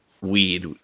weed